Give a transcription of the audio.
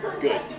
Good